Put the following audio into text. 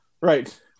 Right